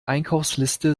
einkaufsliste